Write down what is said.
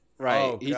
Right